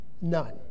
None